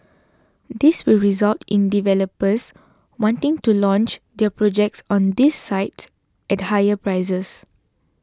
this will result in developers wanting to launch their projects on these sites at higher prices